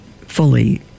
fully